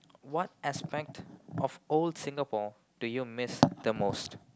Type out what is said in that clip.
what aspect of old Singapore do you miss the most